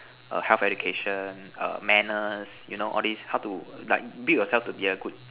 err health education err manners you know all this how to like build yourself to be a good